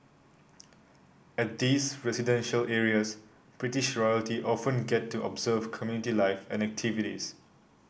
at these residential areas British royalty often get to observe community life and activities